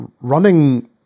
running